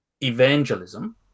evangelism